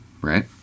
right